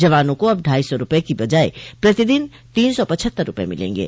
जवानों को अब ढाई सौ रूपये की बजाय प्रतिदिन तीन सौ पचहत्तर रूपये मिलेंगे